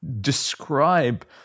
describe